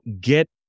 get